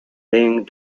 being